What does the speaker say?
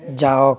যাওক